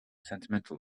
sentimental